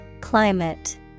Climate